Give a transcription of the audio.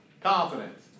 Confidence